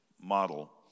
model